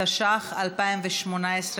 התשע"ח 2018,